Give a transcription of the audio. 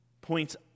points